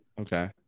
Okay